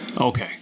Okay